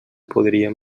podríem